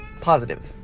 positive